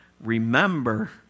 remember